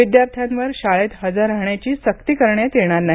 विद्यार्थ्यांवर शाळेत हजर राहण्याची सक्ती करण्यात येणार नाही